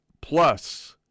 Plus